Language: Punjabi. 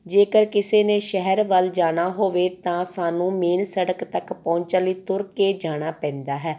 ਜੇਕਰ ਕਿਸੇ ਨੇ ਸ਼ਹਿਰ ਵੱਲ ਜਾਣਾ ਹੋਵੇ ਤਾਂ ਸਾਨੂੰ ਮੇਨ ਸੜਕ ਤੱਕ ਪਹੁੰਚਣ ਲਈ ਤੁਰ ਕੇ ਜਾਣਾ ਪੈਂਦਾ ਹੈ